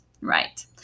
right